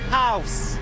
house